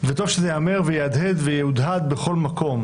וטוב שזה ייאמר, יהדהד ויהודהד בכל מקום